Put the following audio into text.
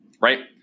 right